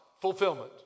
fulfillment